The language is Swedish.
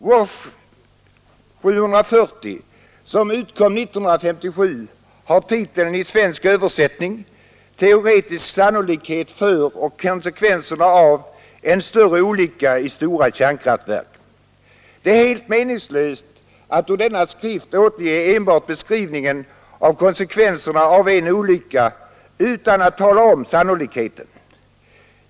WASH 740, som utkom 1957, har i svensk översättning titeln ”Teoretisk sannolikhet för och konsekvenser av en större olycka i stora kärnkraftverk”. Det är helt meningslöst att ur denna skrift återge enbart beskrivningen av konsekvenserna av en olycka utan att tala om sannolikheten.